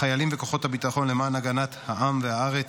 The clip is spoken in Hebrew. החיילים וכוחות הביטחון למען הגנת העם והארץ,